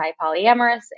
polyamorous